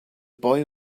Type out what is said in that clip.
boy